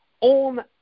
on